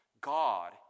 God